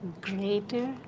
greater